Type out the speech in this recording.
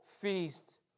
feast